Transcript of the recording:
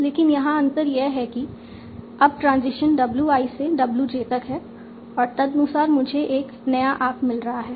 लेकिन यहाँ अंतर यह है कि अब ट्रांजिशन w i से w j तक है और तदनुसार मुझे एक नया आर्क मिल रहा है